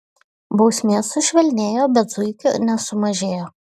bausmės sušvelnėjo bet zuikių nesumažėjo